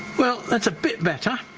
well that's a bit better